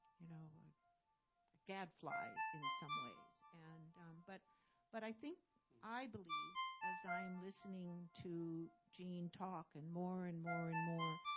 you know a gadfly in some ways. and but but i think i believe, as i am listening to gene talk and more and more and more,